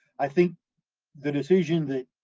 i think the decision that,